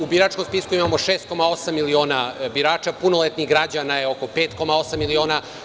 U biračkom spisku imamo 6,8 miliona birača, punoletnih građana je oko 5,8 miliona.